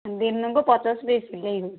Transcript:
ଦିନକୁ ପଚାଶ ପିସ୍ ସିଲେଇ ହେଉଛି